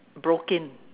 broke in